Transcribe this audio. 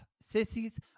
Sissies